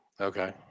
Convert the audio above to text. Okay